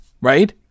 Right